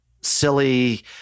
silly